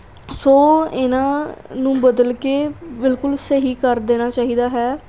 ਸੋ ਇਹਨਾਂ ਨੂੰ ਬਦਲ ਕੇ ਬਿਲਕੁਲ ਸਹੀ ਕਰ ਦੇਣਾ ਚਾਹੀਦਾ ਹੈ